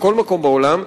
בכל מקום בעולם,